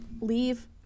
Leave